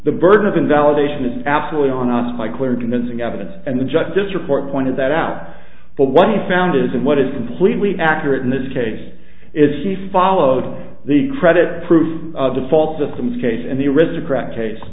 the burden of invalidation is absolutely on us by clear and convincing evidence and the justice report pointed that out but what he found is and what is completely accurate in this case is he followed the credit proof of default systems case and the aristocrat case